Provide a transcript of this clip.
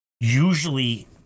usually